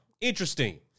interesting